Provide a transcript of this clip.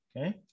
okay